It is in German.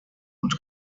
und